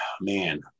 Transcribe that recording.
man